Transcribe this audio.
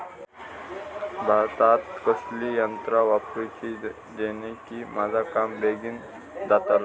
भातात कसली यांत्रा वापरुची जेनेकी माझा काम बेगीन जातला?